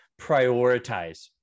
prioritize